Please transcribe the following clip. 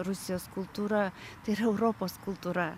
rusijos kultūra tai yra europos kultūra